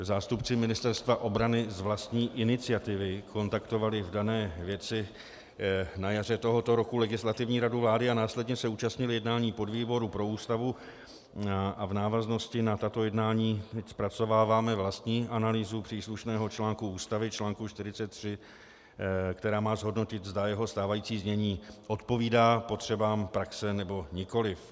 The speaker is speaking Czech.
Zástupci Ministerstva obrany z vlastní iniciativy kontaktovali v dané věci na jaře tohoto roku Legislativní radu vlády a následně se účastnili jednání podvýboru pro Ústavu a v návaznosti na tato jednání zpracováváme vlastní analýzu příslušného článku Ústavy, článku 43, která má zhodnotit, zda jeho stávající znění odpovídá potřebám praxe, nebo nikoli.